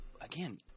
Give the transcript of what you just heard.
again